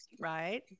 right